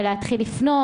ולהתחיל לפנות,